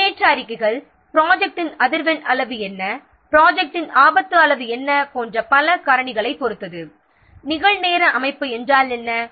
எனவே முன்னேற்ற அறிக்கைகள் என்ன ப்ராஜெக்ட்டின் அதிர்வெண் அளவு என்ன ப்ராஜெக்ட்டின் ஆபத்து அளவு என்ன போன்ற பல காரணிகளைப் பொறுத்தது நிகழ்நேர அமைப்பு என்றால் என்ன